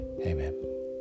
amen